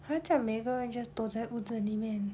!huh! 这样每个人 just 躲在屋子里面